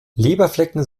leberflecken